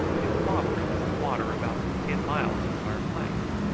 his father is a squatter about ten miles from our place.